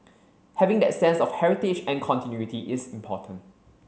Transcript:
having that sense of heritage and continuity is important